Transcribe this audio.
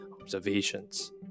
observations